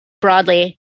broadly